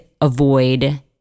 avoid